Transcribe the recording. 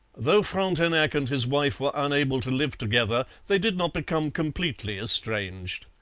though frontenac and his wife were unable to live together, they did not become completely estranged.